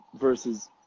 versus